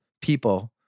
people